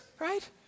right